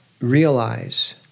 realize